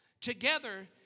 Together